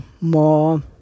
more